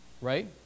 right